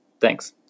Thanks